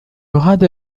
هذا